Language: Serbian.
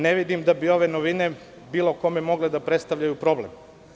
Ne vidim da bi ove novine bilo kome mogle da predstavljaju problem.